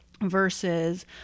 versus